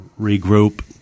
regroup